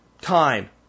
time